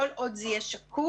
כל עוד זה יהיה שקוף,